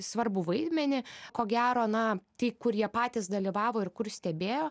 svarbų vaidmenį ko gero na ti kur jie patys dalyvavo ir kur stebėjo